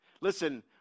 Listen